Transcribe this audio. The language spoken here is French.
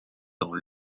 dans